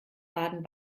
baden